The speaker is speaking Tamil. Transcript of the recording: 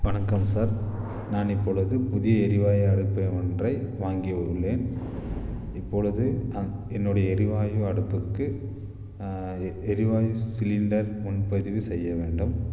வணக்கம் சார் நான் இப்பொழுது புதிய எரிவாயு அடுப்பை ஒன்றை வாங்கி உள்ளேன் இப்பொழுது அ என்னுடைய எரிவாயு அடுப்புக்கு எ எரிவாயு சி சிலிண்டர் முன்பதிவு செய்ய வேண்டும்